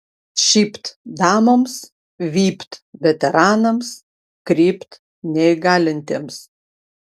šypt damoms vypt veteranams krypt neįgalintiems